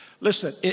Listen